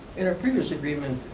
and are previous agreement,